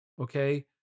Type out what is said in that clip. Okay